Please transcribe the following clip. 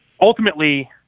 ultimately